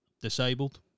disabled